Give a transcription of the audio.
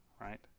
right